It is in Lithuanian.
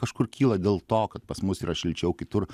kažkur kyla dėl to kad pas mus yra šilčiau kitur